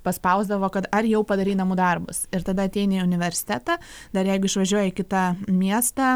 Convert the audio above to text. paspausdavo kad ar jau padarei namų darbus ir tada ateini į universitetą dar jeigu išvažiuoji į kitą miestą